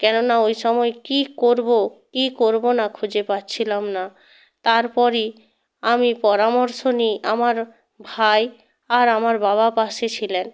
কেনো না ওই সময় কী করবো কী করবো না খুঁজে পাচ্ছিলাম না তারপরে আমি পরামর্শ নিই আমার ভাই আর আমার বাবা পাশে ছিলেন